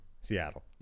Seattle